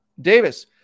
Davis